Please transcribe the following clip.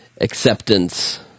acceptance